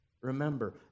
Remember